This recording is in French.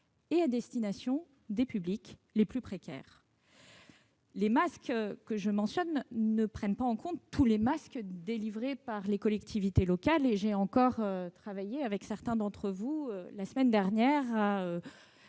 et aux publics les plus précaires. Ces chiffres ne prennent pas en compte tous les masques délivrés par les collectivités locales. J'ai encore travaillé avec certains d'entre vous la semaine dernière